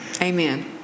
amen